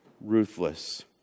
ruthless